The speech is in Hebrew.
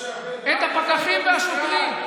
את הפקחים והשוטרים.